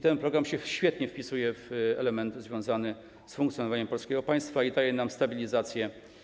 Ten program świetnie się wpisuje w element związany z funkcjonowaniem polskiego państwa i daje nam stabilizację.